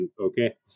okay